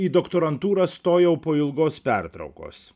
į doktorantūrą stojau po ilgos pertraukos